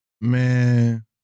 Man